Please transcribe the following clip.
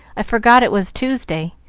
i forgot it was tuesday,